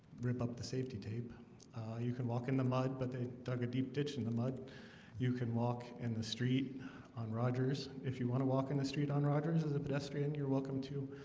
rip up the safety tape you can walk in the mud, but they dug a deep ditch in the mud you can walk in the street on rogers if you want to walk in the street on rogers as a pedestrian. you're welcome to